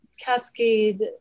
Cascade